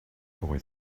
boy